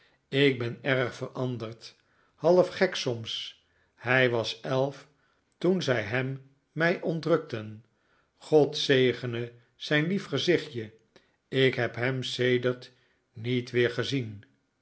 ik ben erg veranderd half gek soms hij was elf toen zij hem mij ontrukten god zegene zijn lief gezichtje ik heb hem sedert niet weer gezien